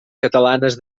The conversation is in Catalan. catalanes